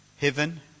heaven